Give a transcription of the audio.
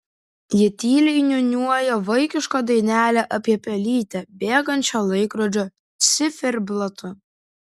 ji tyliai niūniuoja linksmą vaikišką dainelę apie pelytę bėgančią laikrodžio ciferblatu